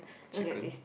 chicken